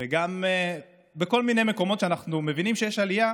וגם בכל מיני מקומות, ואנחנו מבינים שיש עלייה